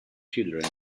children